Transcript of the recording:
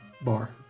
bar